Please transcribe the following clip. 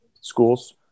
schools